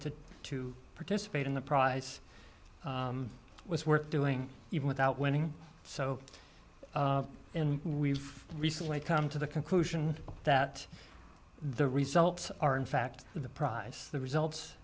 to to participate in the prize was worth doing even without winning so we've recently come to the conclusion that the results are in fact the prize the results